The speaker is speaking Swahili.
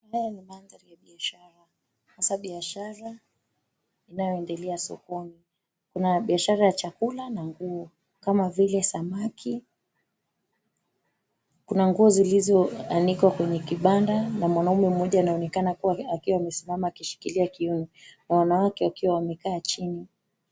Haya ni mandhari ya biashara hasa biashara inayoendelea sokoni, kuna biashara ya chakula na nguo kama vile samaki. Kuna nguo zilizoandikwa kwenye kibanda na mwanaume mmoja anaonekana akiwa amesimama akishikilia kiunoni na wanawake wakiwa wamekaa chini.